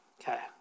Okay